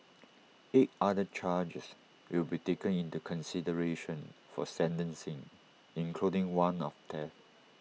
eight other charges will be taken into consideration for sentencing including one of theft